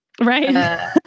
Right